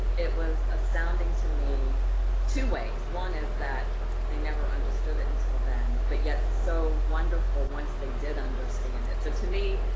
it was astounding to me two ways. one is that they never understood it until then, but yet so wonderful once they did understand it. so to me,